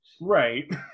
Right